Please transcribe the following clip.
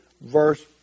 verse